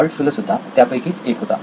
Altshuller सुद्धा त्यापैकीच एक होता